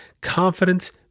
confidence